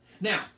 Now